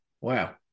Wow